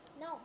No